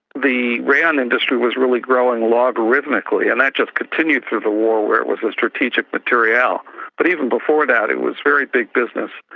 the rayon industry was really growing logarithmically, and that's just continued through the war where it was a strategic material. but even before that it was very big business,